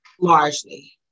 largely